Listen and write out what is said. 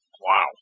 Wow